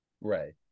Right